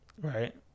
right